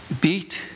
beat